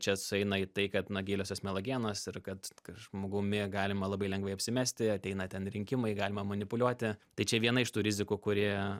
čia sueina į tai kad na giliosios melagienos ir kad žmogumi galima labai lengvai apsimesti ateina ten rinkimai galima manipuliuoti tai čia viena iš tų rizikų kuri a